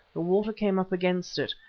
the water came up against it,